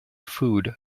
food